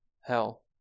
Hell